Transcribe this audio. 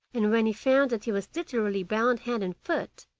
and when he found that he was literally bound hand and foot,